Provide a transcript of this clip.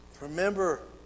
Remember